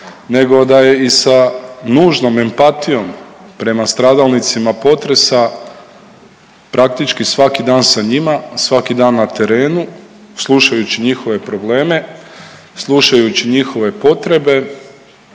nego da je i sa nužnom empatijom prema stradalnicima potresa praktički svaki dan sa njima, svaki dan na terenu slušajući njihove probleme, slušajući njihove potrebe